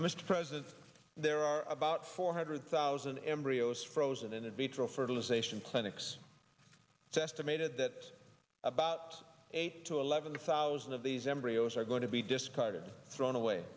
mr president there are about four hundred thousand embryos frozen in in vitro fertilization clinics estimated that about eight to eleven thousand of these embryos are going to be discarded thrown away